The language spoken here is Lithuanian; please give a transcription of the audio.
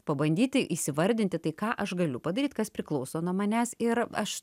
pabandyti įvardinti tai ką aš galiu padaryt kas priklauso nuo manęs ir aš